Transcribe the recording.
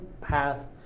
path